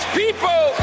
people